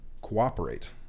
cooperate